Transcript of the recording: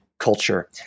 Culture